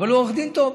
אבל הוא עורך דין טוב.